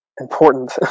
important